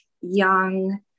young